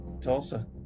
Tulsa